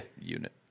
unit